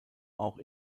auch